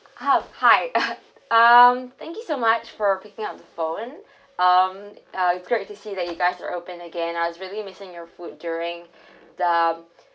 how hi um thank you so much for picking up the phone um uh great to see that you guys are open again I was really missing your food during the